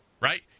right